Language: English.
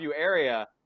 area